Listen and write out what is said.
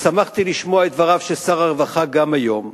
ושמחתי לשמוע את דבריו של שר הרווחה גם היום,